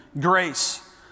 grace